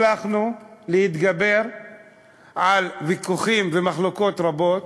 הצלחנו להתגבר על ויכוחים ומחלוקות רבות,